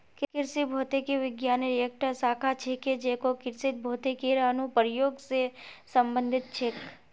कृषि भौतिकी विज्ञानेर एकता शाखा छिके जेको कृषित भौतिकीर अनुप्रयोग स संबंधित छेक